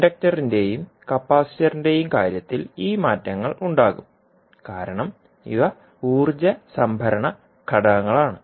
ഇൻഡക്റ്ററിന്റെയും കപ്പാസിറ്ററിന്റെയും കാര്യത്തിൽ ഈ മാറ്റങ്ങൾ ഉണ്ടാകും കാരണം ഇവ ഊർജ്ജ സംഭരണ ഘടകങ്ങളാണ്